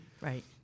Right